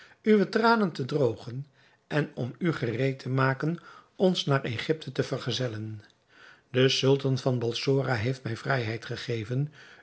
uwe tranen te droogen en om u gereed te maken ons naar egypte te vergezellen de sultan van balsora heeft mij vrijheid gegeven